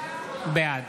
בעד